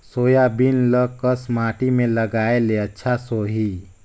Soybean ल कस माटी मे लगाय ले अच्छा सोही?